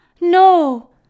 No